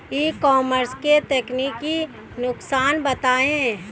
ई commerce के तकनीकी नुकसान बताएं?